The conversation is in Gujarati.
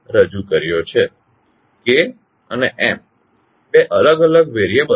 K અને M બે અલગ અલગ વેરીયબલ્સ છે